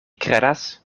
kredas